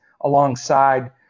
alongside